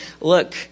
look